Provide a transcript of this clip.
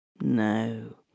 No